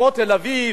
כמו תל-אביב,